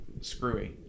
screwy